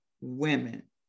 women